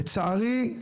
לצערי,